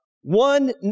one